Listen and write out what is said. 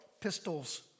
pistols